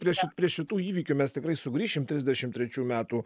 prie ši prie šitų įvykių mes tikrai sugrįšim trisdešimt trečių metų